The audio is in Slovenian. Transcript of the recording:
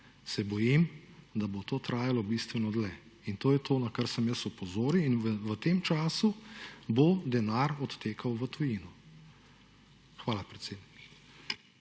Se bojim, da bo to trajalo bistveno dlje in to je to, na kar sem jaz opozoril in v tem času bo denar odtekal v tujino. Hvala, predsednik.